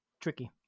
tricky